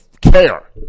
care